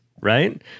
right